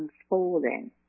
unfolding